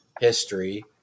history